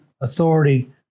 authority